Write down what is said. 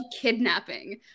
kidnapping